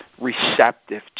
receptive